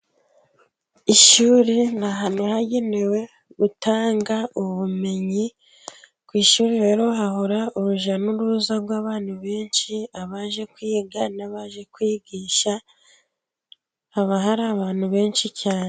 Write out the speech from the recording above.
Ishuri ni ahantu hagenewe gutanga ubumenyi, ku ishuri rero hahora urujya n'uruza rw'abantu benshi, abaje kwiga n'abaje kwigisha haba hari abantu benshi cyane.